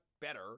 better